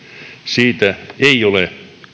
siitä ei ole